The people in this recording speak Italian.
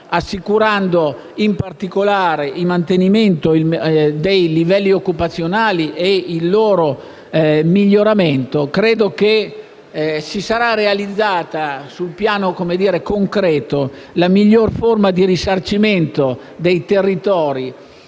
assicurando in particolare il mantenimento dei livelli occupazionali e il loro miglioramento, si realizzerà sul piano concreto la miglior forma di risarcimento dei territori